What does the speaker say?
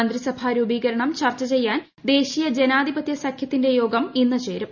മന്ത്രിസഭാ രൂപീകരണം ചർച്ച ചെയ്യാൻ ദേശീയ ജനാധിപത്യ സഖ്യത്തിന്റെ യോഗം ഇന്നു ചേരും